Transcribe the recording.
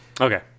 Okay